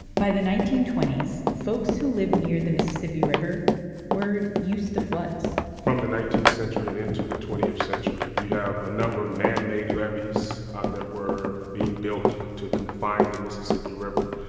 by the nineteen twenty s, folks who lived near the mississippi river were used to floods from the nineteenth century and into the twentieth century, you have a number of manmade levees um that were being built to confine the mississippi river,